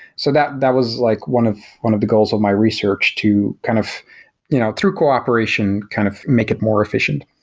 so that that was like one of one of the goals of my research to kind of you know through cooperation kind of make it more efficient.